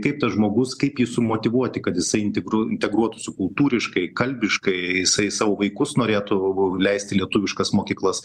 kaip tas žmogus kaip jį sumotyvuoti kad jisai intetekru integruotųsi kultūriškai kalbiškai jisai savo vaikus norėtų leisti į lietuviškas mokyklas